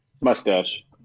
Mustache